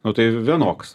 nu tai vienoks